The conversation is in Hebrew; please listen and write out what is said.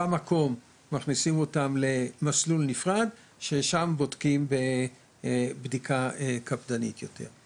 במקום מכניסים אותם למסלול נפרד ששם בודקים בדיקה קפדנית יותר.